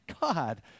God